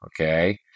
Okay